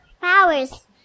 powers